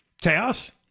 Chaos